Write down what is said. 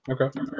Okay